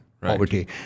poverty